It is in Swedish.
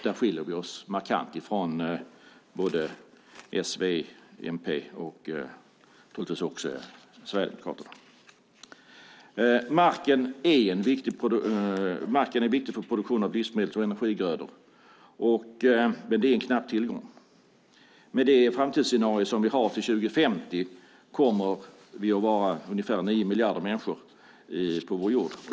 Där skiljer vi oss markant från S, V och MP och också från SD. Marken är viktig för produktion av livsmedel och energigrödor men är en knapp tillgång. Med det framtidsscenario vi har för år 2050 kommer vi att vara ungefär nio miljarder människor på vår jord.